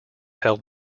held